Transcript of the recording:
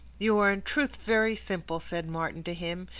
you are in truth very simple, said martin to him,